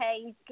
okay